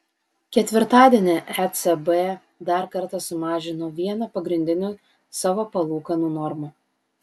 ketvirtadienį ecb dar kartą sumažino vieną pagrindinių savo palūkanų normų